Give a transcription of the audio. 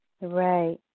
Right